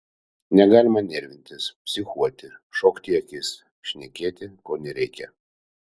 negalima nervintis psichuoti šokti į akis šnekėti ko nereikia